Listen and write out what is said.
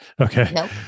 Okay